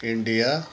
India